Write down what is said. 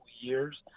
years